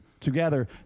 Together